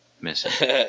Missing